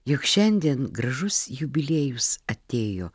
juk šiandien gražus jubiliejus atėjo